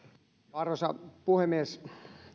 arvoisa puhemies